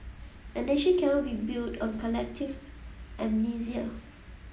a nation cannot be built on collective amnesia